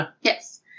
Yes